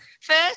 first